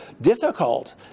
difficult